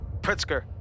Pritzker